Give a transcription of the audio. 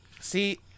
See